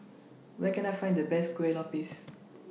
Where Can I Find The Best Kueh Lapis